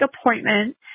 appointment